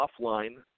offline